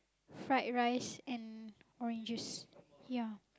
fried rice and orange juice ya